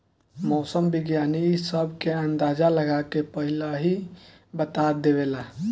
मौसम विज्ञानी इ सब के अंदाजा लगा के पहिलहिए बता देवेला